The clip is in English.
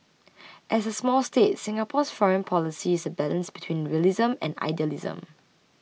as a small state Singapore's foreign policy is a balance between realism and idealism